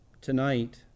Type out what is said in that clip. tonight